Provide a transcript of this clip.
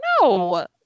no